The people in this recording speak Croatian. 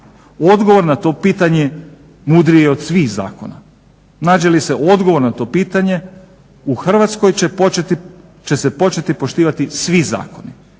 odgovor na to pitanje mudriji je od svih zakona. Nađe li se odgovor na to pitanje u Hrvatskoj će se početi poštivati svi zakoni